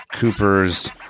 Cooper's